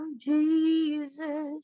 Jesus